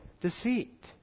deceit